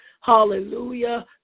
Hallelujah